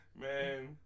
Man